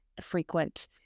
frequent